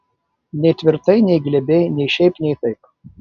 nei tvirtai nei glebiai nei šiaip nei taip